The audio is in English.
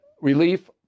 relief